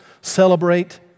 celebrate